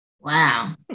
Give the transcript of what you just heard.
Wow